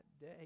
day